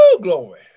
glory